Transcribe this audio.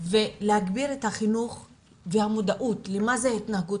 ולהגביר את החינוך והמודעות למה זו התנהגות